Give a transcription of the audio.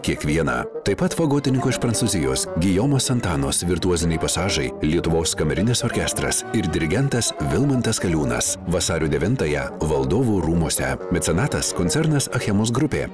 kiekvieną taip pat fagotininko iš prancūzijos gijomos santanos virtuoziniai pasažai lietuvos kamerinis orkestras ir dirigentas vilmantas kaliūnas vasario devintąją valdovų rūmuose mecenatas koncernas achemos grupė